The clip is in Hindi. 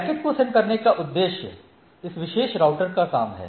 पैकेट को सेंड करने का एक उद्देश्य इस विशेष राउटर का काम है